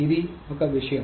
ఇది ఒక ఈ విషయం